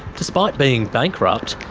despite being bankrupt,